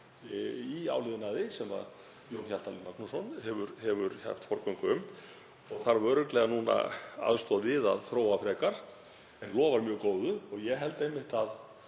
í áliðnaði sem Jón Hjaltalín Magnússon hefur haft forgöngu um og þarf örugglega núna aðstoð við að þróa frekar, en lofar mjög góðu. Ég held einmitt að